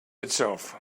itself